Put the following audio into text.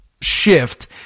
shift